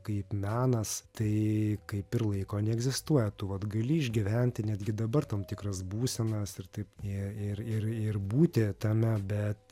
kaip menas tai kaip ir laiko neegzistuota tu vat gali išgyventi netgi dabar tam tikras būsenas ir taip ir ir ir ir būti tame bet